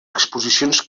exposicions